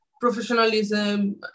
professionalism